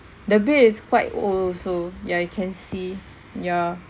the bed is quite old also ya you can see ya